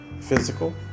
physical